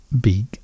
big